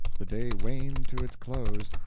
the day waned to its close,